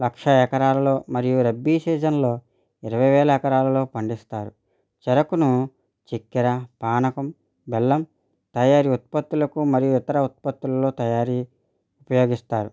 లక్ష ఎకరాలలో మరియు రబ్బీ సీజన్లో ఇరవై వేల ఎకరాలలో పండిస్తారు చెరుకును చక్కెర పానకం బెల్లం తయారీ ఉత్పత్తులకు మరియు ఇతర ఉత్పత్తులలో తయారీ ఉపయోగిస్తారు